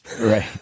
Right